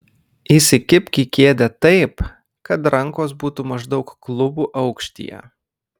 įsikibk į kėdę taip kad rankos būtų maždaug klubų aukštyje